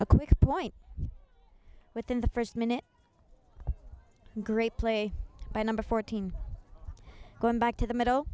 a quick point within the first minute great play by number fourteen going back to the middle